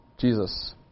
Jesus